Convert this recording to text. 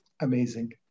amazing